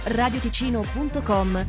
radioticino.com